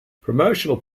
promotional